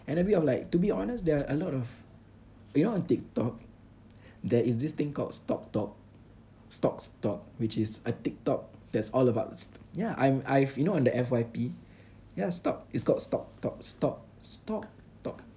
and a bit of like to be honest there are a lot of you know on Tik Tok there is this thing called stock tok stocks tok which is a Tik Tok that's all about st~ ya I'm I've you know on the F_Y_P ya stock it's called stock tok stock stock tok